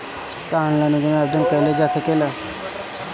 का ऑनलाइन योजना में आवेदन कईल जा सकेला?